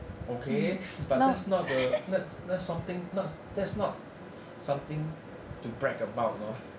okay but that's not the that's that's something not that's not something to brag about you know